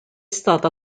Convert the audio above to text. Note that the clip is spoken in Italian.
stata